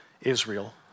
Israel